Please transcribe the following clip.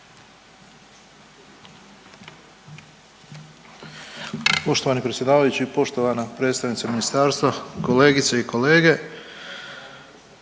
Poštovani predsjedavajući, poštovana predstavnice ministarstva, kolegice i kolege.